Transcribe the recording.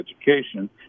education